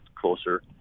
closer